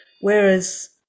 Whereas